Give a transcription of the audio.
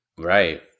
Right